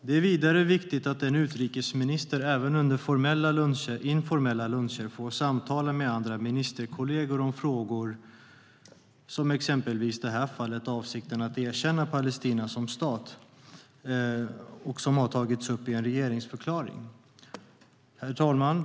Det är vidare viktigt att en utrikesminister även under informella luncher får samtala med ministerkollegor om frågor, exempelvis den om att avsikten att erkänna Palestina som stat hade tagits upp i regeringsförklaringen. Herr talman!